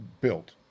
built